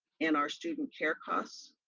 and our student care costs.